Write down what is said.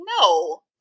no